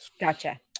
Gotcha